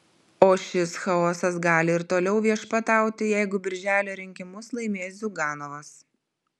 o šis chaosas gali ir toliau viešpatauti jeigu birželio rinkimus laimės ziuganovas